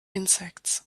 insects